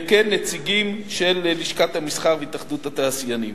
וכן נציגים של לשכת המסחר והתאחדות התעשיינים.